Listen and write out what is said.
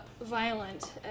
violent